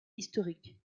historique